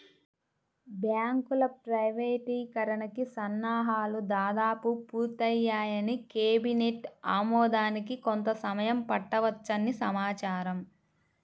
బ్యాంకుల ప్రైవేటీకరణకి సన్నాహాలు దాదాపు పూర్తయ్యాయని, కేబినెట్ ఆమోదానికి కొంత సమయం పట్టవచ్చని సమాచారం